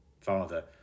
Father